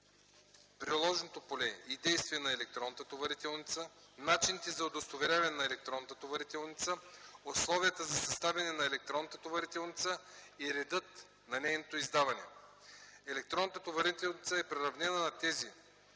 приложното поле и действие на електронната товарителница; - начините за удостоверяване на електронната товарителница; - условията за съставяне на електронната товарителница и реда за нейното издаване. Електронната товарителница е приравнена на тази,